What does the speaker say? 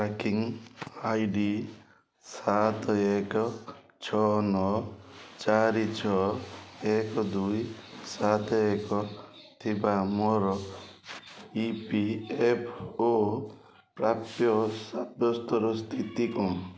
tracking I D ସାତେ ଏକ ଛଅ ନଅ ଚାରି ଛଅ ଏକ ଦୁଇ ସାତେ ଏକ ଥିବା ମୋର ଇ ପି ଏଫ୍ ଓ ପ୍ରାପ୍ୟ ସାବ୍ୟସ୍ତର ସ୍ଥିତି କ'ଣ